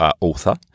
author